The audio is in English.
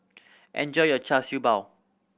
enjoy your Char Siew Bao